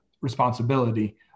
responsibility